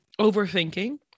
overthinking